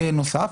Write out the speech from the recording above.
נוסף.